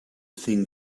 thing